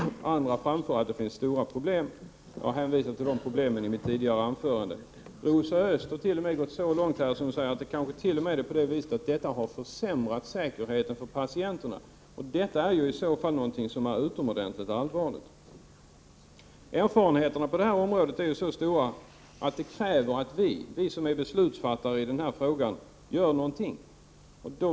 Andra däremot framhåller att det finns stora problem. Jag har hänvisat till dessa problem i mitt tidigare anförande. Rosa Östh går så långt att hon säger att det t.o.m. kan vara på det viset att dessa omständigheter har försämrat säkerheten för patienterna. Om det är så, är ju detta utomordentligt allvarligt. Man har ju mycket stora erfarenheter på detta område. Därför krävs det att vi som har att fatta beslut i frågan gör någonting.